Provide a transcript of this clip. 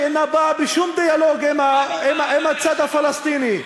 שאינה באה בשום דיאלוג עם הצד הפלסטיני,